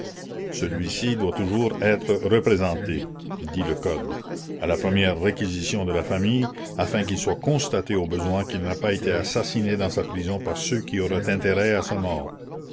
celui-ci doit toujours être représenté dit le code à la première réquisition de la famille afin qu'il soit constaté au besoin qu'il n'a pas été assassiné dans sa prison par ceux qui auraient intérêt à sa mort